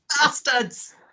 bastards